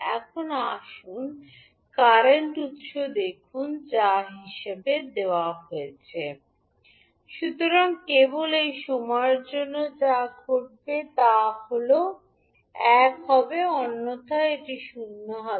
এখন আসুন কারেন্ট উত্স দেখুন যা হিসাবে দেওয়া হয়েছে 𝑖𝑠𝑡 𝑢𝑡 − 𝑢𝑡 − 2 সুতরাং কেবল এই সময়ের জন্য যা ঘটবে তা হল এক হবে অন্যথায় এটি শূন্য হবে